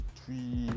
three